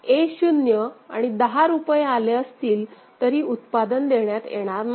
a 0 आणि दहा रुपये आले असतील तरी उत्पादन देण्यात येणार नाही